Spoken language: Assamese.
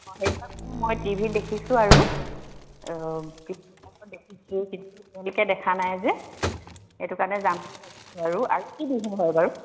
অঁ মই মই টিভিত দেখিছোঁ আৰু দেখিছোঁ কিন্তু এতিয়ালৈকে দেখা নাই যে সেইটো কাৰণে যাম বুলি ভাবিছোঁ আৰু কি বিহু হয় বাৰু